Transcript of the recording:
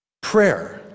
Prayer